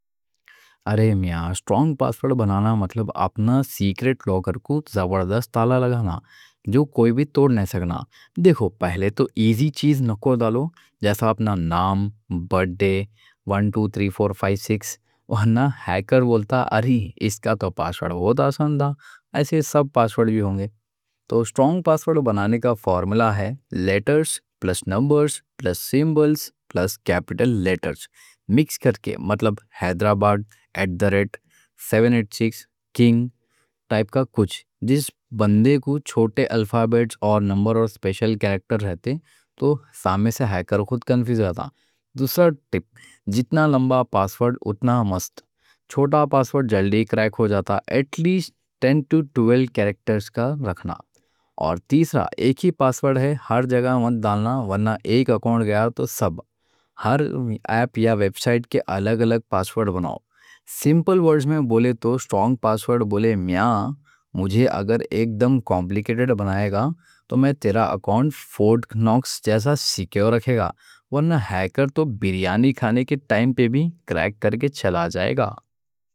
ارے میاں، سٹرونگ پاسورڈ بنانا مطلب اپنا سیکرٹ لوکر کو زبردست تالا لگانا، جو کوئی بھی توڑ نہیں سکنا۔ دیکھو، پہلے تو ایزی چیز نکو ڈالو، جیسا اپنا نام، برتھ ڈے، ون ٹو تھری فور فائیو سکس، ورنہ ہیکر بولتا ارے اس کا تو پاسورڈ ہوتا آسان؛ ایسے سب پاسورڈ بھی ہوں گے۔ تو سٹرونگ پاسورڈ بنانے کا فارمولا ہے: لیٹرز پلس نمبرز پلس سمبلز پلس کیپٹل لیٹرز، مکس کرکے؛ مطلب حیدرآباد ایٹ دی ریٹ سیون ایٹ سکس کنگ ٹائپ کا کچھ۔ جس بندے کو چھوٹے الفابیٹس اور نمبر اور اسپیشل کریکٹر رہتے، تو سامنے سے ہیکر خود کنفیوز جاتا۔ دوسرا ٹِپ: جتنا لمبا پاسورڈ اتنا مست؛ چھوٹا پاسورڈ جلدی کریک ہو جاتا، ایٹ لیسٹ ٹین ٹو ٹویلو کریکٹرز کا رکھنا۔ اور تیسرا: ایک ہی پاسورڈ ہر جگہ میں نکو ڈالنا؛ ورنہ ایک اکاؤنٹ گیا تو سب، ہر ایپ یا ویب سائٹ کے الگ الگ پاسورڈ بناؤ۔ سمپل ورڈز میں بولے تو، سٹرونگ پاسورڈ بولے میاں، مجھے اگر ایک دم کمپلیکیٹڈ بنائے گا تو میں تیرا اکاؤنٹ فورٹ ناکس جیسا سیکیور رکھے گا، ورنہ ہیکر تو بریانی کھانے کے ٹائم پہ بھی کریک کر کے چلا جائے گا۔